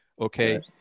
Okay